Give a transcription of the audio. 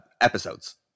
episodes